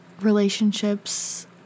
relationships